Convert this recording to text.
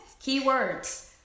Keywords